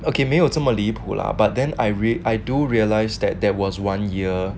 okay 没有这么离谱 lah but then I I do realise that there was one ya